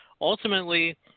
ultimately –